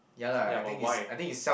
ya but why